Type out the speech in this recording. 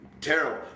terrible